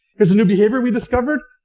here's a new behavior we've discovered.